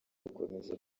gukomeza